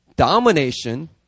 Domination